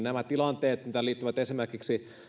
nämä tilanteet mitkä liittyvät esimerkiksi